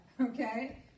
okay